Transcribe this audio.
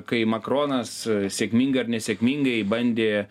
kai makronas sėkmingai ar nesėkmingai bandė